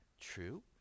true